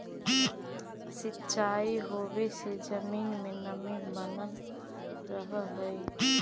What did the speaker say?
सिंचाई होवे से जमीन में नमी बनल रहऽ हइ